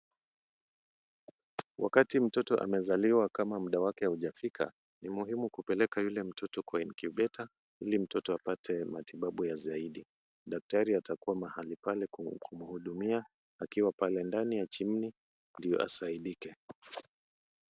Wakati mtoto amezaliwa kama muda wake haujafika, ni muhimu kupeleka yule mtoto kwa incubator , ili mtoto apate matibabu ya zaidi. Daktari atakuwa mahali pale kumhudumia, akiwa pale ndani ya chimney ndio asaidike.